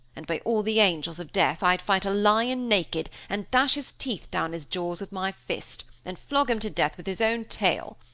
and by all the angels of death, i'd fight a lion naked, and dash his teeth down his jaws with my fist, and flog him to death with his own tail!